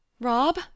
Rob